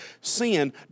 sin